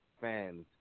fans